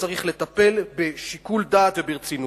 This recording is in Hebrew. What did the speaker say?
וצריך לטפל בשיקול דעת וברצינות.